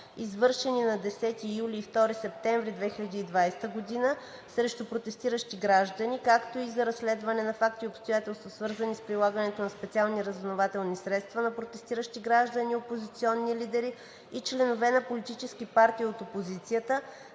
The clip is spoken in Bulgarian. извършени на 10 юли и 2 септември 2020 г. срещу протестиращи граждани, както и за разследване на факти и обстоятелства, свързани с прилагане на специални разузнавателни средства на протестиращи граждани, опозиционни лидери и членове на политически партии от опозицията,